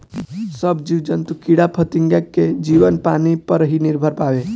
सब जीव जंतु कीड़ा फतिंगा के जीवन पानी पर ही निर्भर बावे